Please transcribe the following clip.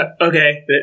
Okay